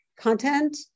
content